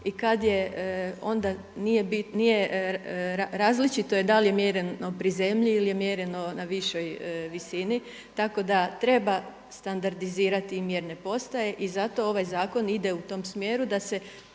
i kad je onda nije, različito je da li je mjereno pri zemlji ili je mjereno na višoj visini, tako da treba standardizirati i mjerne postaje i zato ovaj zakon ide u tom smjeru da se